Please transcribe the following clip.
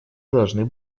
должны